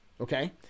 okay